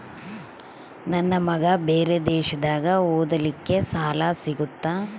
ನನ್ನ ಮಗ ಬೇರೆ ದೇಶದಾಗ ಓದಲಿಕ್ಕೆ ಸಾಲ ಸಿಗುತ್ತಾ?